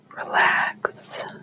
Relax